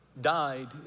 Died